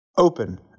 Open